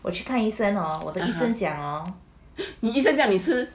你的医生叫你吃